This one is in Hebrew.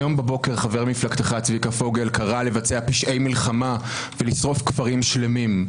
הבוקר חבר מפלגתך צביקה פוגל קרא לבצע פשעי מלחמה ולשרוף כפרים שלמים.